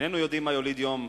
איננו יודעים מה יוליד יום